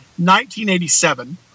1987